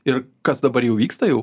ir kas dabar jau vyksta jau